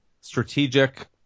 strategic